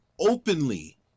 openly